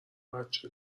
بچه